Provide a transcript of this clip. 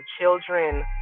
children